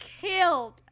killed